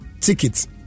tickets